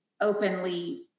openly